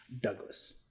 Douglas